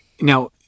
Now